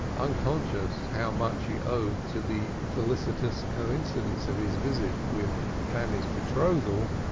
unconscious how much he owed to the felicitous coincidence of his visit with fanny's betrothal,